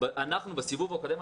בסיבוב הקודם,